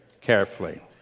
carefully